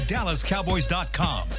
DallasCowboys.com